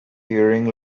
hearing